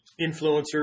influencers